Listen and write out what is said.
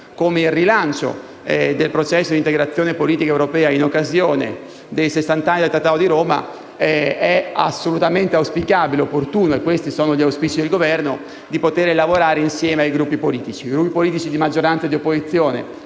come il rilancio del processo di integrazione politica europea in occasione dei sessant'anni del Trattato di Roma, sia assolutamente auspicabile e opportuno - e questi sono gli auspici del Governo - lavorare insieme ai Gruppi politici di maggioranza e di opposizione